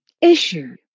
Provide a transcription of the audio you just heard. Issue